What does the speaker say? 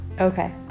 Okay